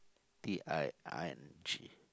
T I N G